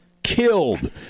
killed